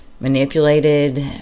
manipulated